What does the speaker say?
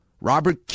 Robert